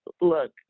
look